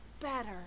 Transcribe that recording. better